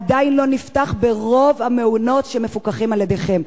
עדיין לא נפתח ברוב המעונות שמפוקחים על-ידיכם,